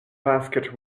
basket